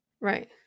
Right